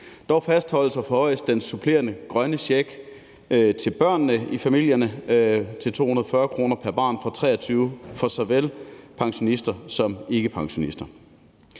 Dog fastholdes og forhøjes den supplerende grønne check til børn til 240 kr. pr. barn fra 2023 for såvel pensionister som ikkepensionister.